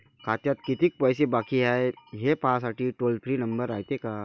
खात्यात कितीक पैसे बाकी हाय, हे पाहासाठी टोल फ्री नंबर रायते का?